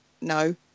no